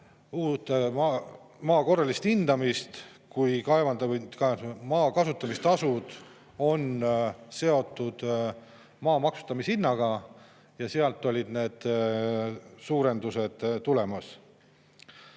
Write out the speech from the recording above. maa korralist hindamist, kuna maa kasutamistasud on seotud maa maksustamishinnaga ja sealt olid need [tõusud] tulemas.